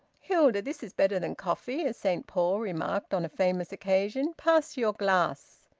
hilda, this is better than coffee, as saint paul remarked on a famous occasion. pass your glass.